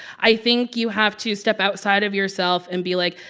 i think you have to step outside of yourself and be like,